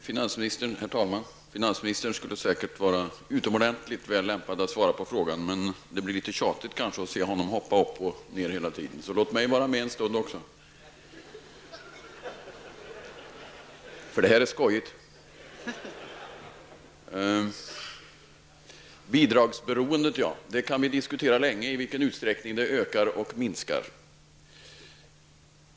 Herr talman! Finansministern skulle säkerligen vara utomordentligt väl lämpad att svara på den frågan, men det blir kanske litet tjatigt att se honom gå upp och ner hela tiden, så låt mig vara med en stund, för det här är skojigt! Vi kan diskutera länge hur mycket bidragsberoendet ökar och minskar.